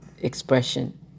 expression